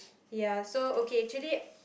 ya so okay actually